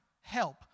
help